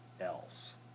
else